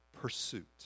pursuit